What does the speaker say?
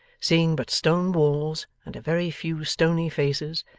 seeing but stone walls and a very few stony faces,